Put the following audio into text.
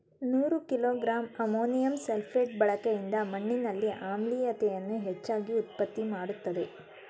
ನೂರು kilogram ammonium sulphate ಬಳಕೆಯಿಂದ ಮಣ್ಣಿನಲ್ಲಿ ಆಮ್ಲೀಯತೆಯನ್ನು ಹೆಚ್ಚಾಗಿ ಉತ್ಪತ್ತಿ ಮಾಡ್ತದೇ